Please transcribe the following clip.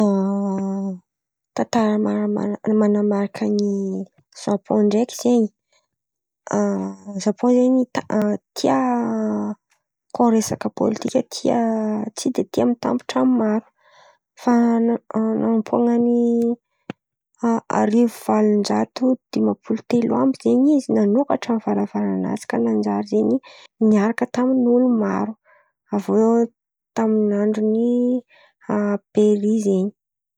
Ny azoko onondraiky mahakasiky zapôn tantarandreo ambesa Ia, misy lera zen̈y reo nisy fotônanay zen̈y reo nitaky ny fisintahana, fisintahana manôkana zen̈y reo de avy eô zey raha in̈y kahiandreô Sokiokio in̈y azoko ono. Avy eo zey lavalava nandin̈y ela ela zen̈y reo nanano izy io. Avy eo amizey zen̈y na- nandritry ny fotôana in̈y zay zen̈y tsy maro zen̈y ny olona tsy nahazo nandeha tamy faritry misy rô.